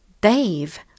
Dave